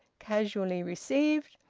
casually received,